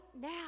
now